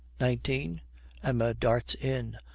nineteen emma darts in.